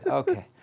okay